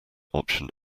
option